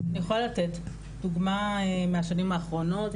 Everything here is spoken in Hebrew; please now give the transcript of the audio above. אני יכולה לתת דוגמה מהשנים האחרונות.